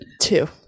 Two